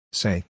say